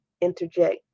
interject